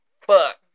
fuck